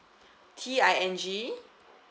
T I N G